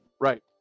right